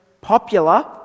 popular